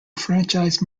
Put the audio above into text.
franchise